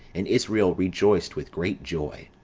and israel rejoiced with great joy.